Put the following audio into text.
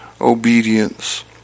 obedience